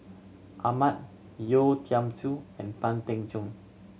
Ahmad Yeo Tiam Siew and Pang Teck Joon